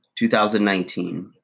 2019